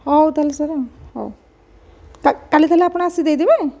ହେଉ ତା'ହେଲେ ସାର୍ ଆଉ ହେଉ କାଲି ତା'ହେଲେ ଆପଣ ଆସିକି ଦେଇଦେବେ